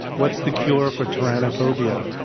what's the cure for t yr an nophobia?